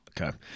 Okay